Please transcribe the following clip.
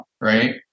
right